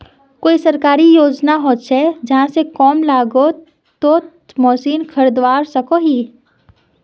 कोई सरकारी योजना होचे जहा से कम लागत तोत मशीन खरीदवार सकोहो ही?